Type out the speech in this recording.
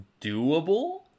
doable